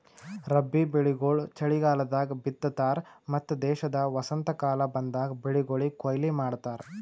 ರಬ್ಬಿ ಬೆಳಿಗೊಳ್ ಚಲಿಗಾಲದಾಗ್ ಬಿತ್ತತಾರ್ ಮತ್ತ ದೇಶದ ವಸಂತಕಾಲ ಬಂದಾಗ್ ಬೆಳಿಗೊಳಿಗ್ ಕೊಯ್ಲಿ ಮಾಡ್ತಾರ್